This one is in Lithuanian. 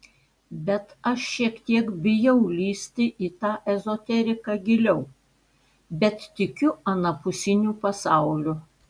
bet aš šiek tiek bijau lįsti į tą ezoteriką giliau bet tikiu anapusiniu pasauliu